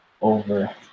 over